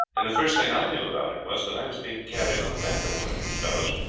and the first thing i knew about it was that i was being carried on the back of one of those fellows.